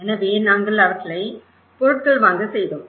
எனவே நாங்கள் அவர்களை பொருட்கள் வாங்க செய்தோம்